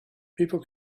people